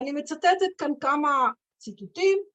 ‫אני מצטטת כאן כמה ציטוטים.